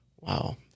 wow